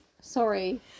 sorry